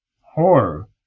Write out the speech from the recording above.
horror